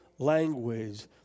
language